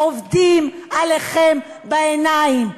עובדים עליכם בעיניים.